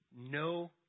No